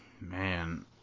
Man